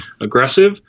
aggressive